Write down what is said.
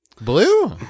Blue